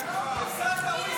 איפה הוויסקי?